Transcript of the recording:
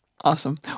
Awesome